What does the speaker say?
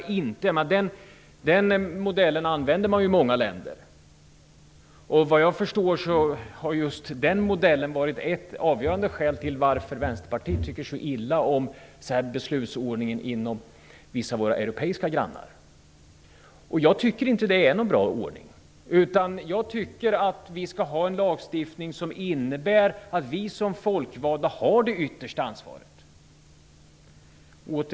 Den modellen används i många länder. Såvitt jag förstår har just den modellen varit ett avgörande skäl till att Västerpartiet tycker så illa om beslutsordningen i vissa av våra europeiska grannländer. Jag tycker inte att detta vore en bra ordning. Jag anser att vi skall ha en lagstiftning som innebär att vi som folkvalda har det yttersta ansvaret.